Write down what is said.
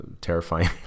terrifying